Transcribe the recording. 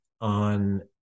on